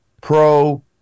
pro